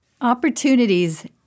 Opportunities